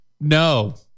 No